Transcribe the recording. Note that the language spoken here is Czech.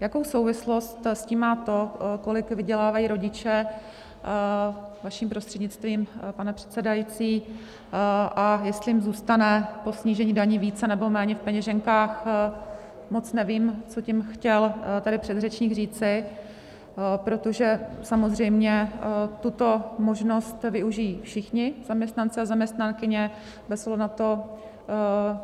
Jakou souvislost s tím má to, kolik si vydělávají rodiče vaším prostřednictvím, pane předsedající, a jestli jim zůstane po snížení daní více nebo méně v peněženkách, moc nevím, co tím chtěl tady předřečník říci, protože samozřejmě tuto možnost využijí všichni zaměstnanci a zaměstnankyně bez ohledu na to,